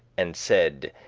and said